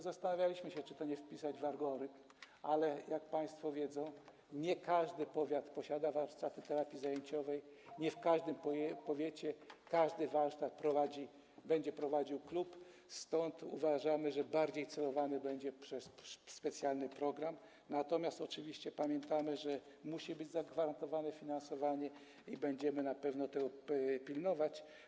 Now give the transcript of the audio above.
Zastanawialiśmy się, czy nie wpisać tego w algorytm, ale jak państwo wiedzą, nie każdy powiat posiada warsztaty terapii zajęciowej, nie w każdym powiecie każdy warsztat będzie prowadził klub, stąd uważamy, że bardziej celowy będzie specjalny program, natomiast oczywiście pamiętamy, że musi być zagwarantowane finansowanie, i będziemy na pewno tego pilnować.